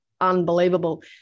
unbelievable